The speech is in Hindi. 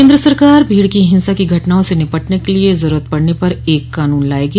केन्द्र सरकार भीड़ की हिंसा की घटनाओं से निपटने के लिए जरूरत पड़ने पर एक कानून लायेगी